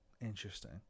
Interesting